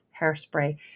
hairspray